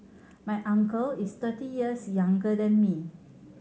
my uncle is thirty years younger than me